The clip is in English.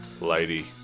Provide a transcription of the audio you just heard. lady